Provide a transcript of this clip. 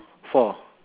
four